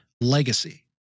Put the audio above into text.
legacy